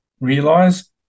realize